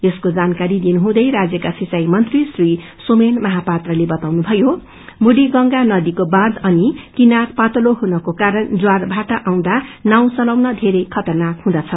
यसको जानकारी दिनुहँदै राजयका सिंचाई मंत्री श्री सोमेन महापात्रले बताउनुभयो मुडीगंगा नदीको बाँच अनि किनार पातलो हुनको कारण ज्वारभादा आउँदा नावचलाउन येरै खतरनाक हुँदछ